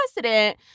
precedent